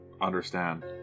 understand